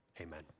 Amen